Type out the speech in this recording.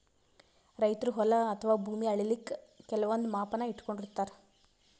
ರೈತರ್ ಹೊಲ ಅಥವಾ ಭೂಮಿ ಅಳಿಲಿಕ್ಕ್ ಕೆಲವಂದ್ ಮಾಪನ ಇಟ್ಕೊಂಡಿರತಾರ್